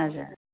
हजुर